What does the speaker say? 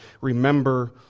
remember